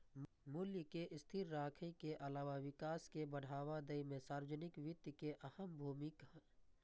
मूल्य कें स्थिर राखै के अलावा विकास कें बढ़ावा दै मे सार्वजनिक वित्त के अहम भूमिका होइ छै